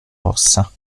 rossa